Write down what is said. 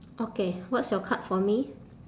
okay what's your card for me